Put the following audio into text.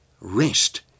rest